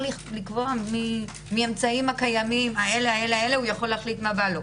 אפשר לקבוע שמאמצעים מסוימים הוא יכול להחליט מה בא לו,